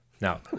Now